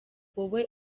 wowe